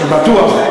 זה בטוח.